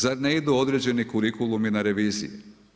Sad ne idu određeni kurikulumi na revizije.